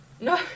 no